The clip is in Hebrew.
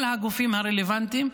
עם כל הגופים הרלוונטיים,